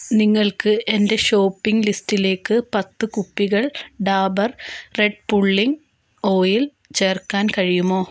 നിങ്ങൾക്ക് എന്റെ ഷോപ്പിംഗ് ലിസ്റ്റിലേക്ക് പത്ത് കുപ്പികൾ ഡാബർ റെഡ് പുള്ളിംഗ് ഓയിൽ ചേർക്കാൻ കഴിയുമോ